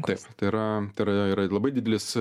taip tai yra tai yra labai didelis